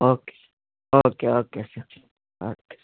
okay okay okay sir okay